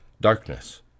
darkness